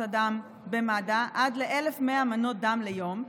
הדם במד"א עד ל-1,100 מנות דם ליום,